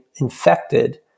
infected